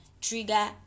trigger